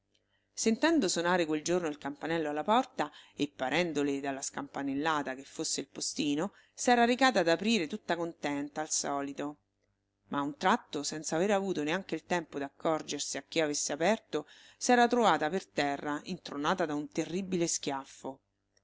sentendo sonare quel giorno il campanello alla porta e parendole dalla scampanellata che fosse il postino s'era recata ad aprire tutta contenta al solito ma a un tratto senza aver avuto neanche il tempo d'accorgersi a chi avesse aperto s'era trovata per terra intronata da un terribile schiaffo